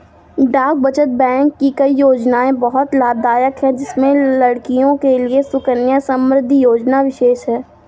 डाक बचत बैंक की कई योजनायें बहुत लाभदायक है जिसमें लड़कियों के लिए सुकन्या समृद्धि योजना विशेष है